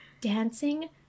Dancing